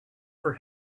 for